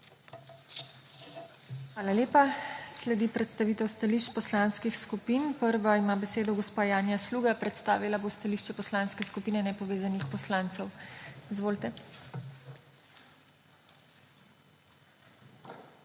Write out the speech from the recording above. Hvala lepa. Sledi predstavitev stališč poslanskih skupin. Prva ima besedo gospa Janja Sluga. Predstavila bo stališče Poslanske skupine nepovezanih poslancev. Izvolite.